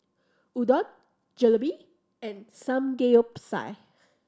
Udon Jalebi and Samgeyopsal